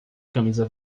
camisa